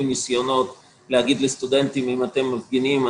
ניסיונות להגיד לסטודנטים: אם אתם מפגינים,